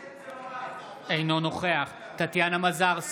אינו נוכח טטיאנה מזרסקי,